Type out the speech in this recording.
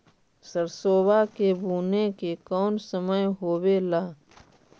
सरसोबा के बुने के कौन समय होबे ला?